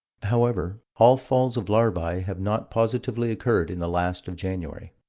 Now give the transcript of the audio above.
however, all falls of larvae have not positively occurred in the last of january